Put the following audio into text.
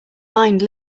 mind